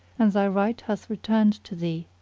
and thy right hath returned to thee.